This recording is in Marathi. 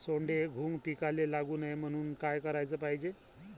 सोंडे, घुंग पिकाले लागू नये म्हनून का कराच पायजे?